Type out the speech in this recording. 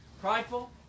prideful